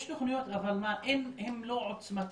יש תוכניות, אבל הן לא עוצמתיות,